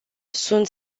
sunt